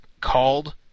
called